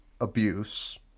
abuse